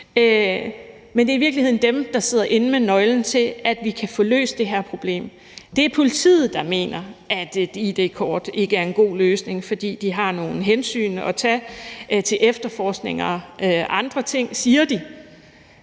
Men det er i virkeligheden dem, der sidder med nøglen til, at vi kan få løst det her problem. Det er politiet, der mener, at et id-kort ikke er en god løsning, fordi de har nogle hensyn at tage til efterforskning og andre ting – det